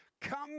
Come